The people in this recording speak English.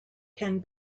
can